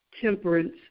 temperance